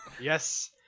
Yes